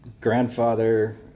grandfather